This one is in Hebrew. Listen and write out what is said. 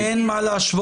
סליחה, אין מה להשוות.